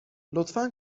لطفا